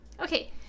Okay